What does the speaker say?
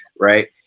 right